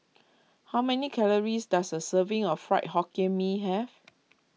how many calories does a serving of Fried Hokkien Mee have